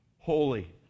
Holy